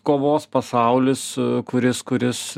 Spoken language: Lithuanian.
kovos pasaulis kuris kuris